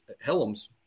Helms